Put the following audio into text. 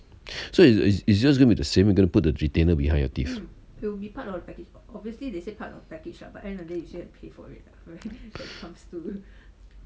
so it's it's it's just gonna be the same you gonna put the retainer behind your teeth